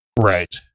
Right